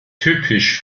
typisch